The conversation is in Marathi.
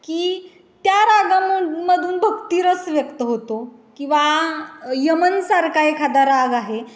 की त्या रागामु मधून भक्तिरस व्यक्त होतो किंवा यमनसारखा एखादा राग आहे